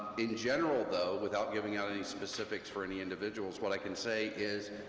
in general, though, without giving any specifics for any individuals, what i can say is,